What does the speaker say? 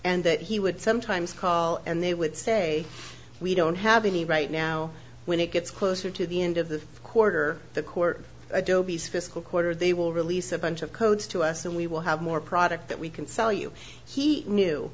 and that he would sometimes call and they would say we don't have any right now when it gets closer to the end of the quarter the court fiscal quarter they will release a bunch of codes to us and we will have more product that we can sell you he knew